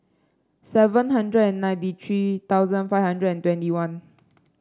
seven hundred and ninety three thousand five hundred and twenty one